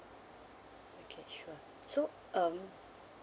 okay sure so um